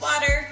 Water